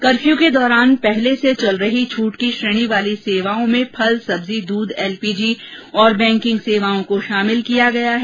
curfew के दौरान पहले से चल रहे छूट की श्रेणी वाली सेवाओं में फल सब्जी दूध एलपीजी और बैंकिंग सेवाओं को शामिल किया गया है